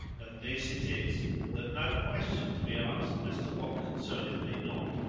and this it is, that no questions be asked as to what concerneth thee not,